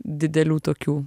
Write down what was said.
didelių tokių